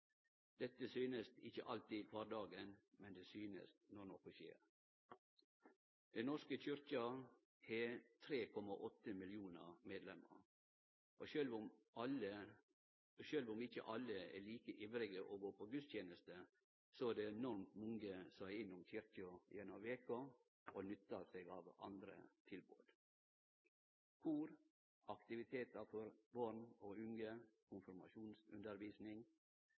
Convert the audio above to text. Dette synest ikkje alltid i kvardagen, men det synest når noko skjer. Den norske kyrkja har 3,8 millionar medlemer. Sjølv om ikkje alle er like ivrige til å gå på gudstenester, er det enormt mange som er innom kyrkja gjennom veka og nyttar seg av andre tilbod. Kor, aktivitetar for barn og unge,